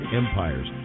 empires